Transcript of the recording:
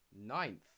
ninth